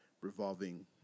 revolving –